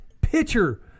pitcher